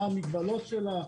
מה המגבלות שלה,